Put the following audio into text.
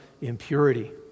impurity